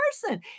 person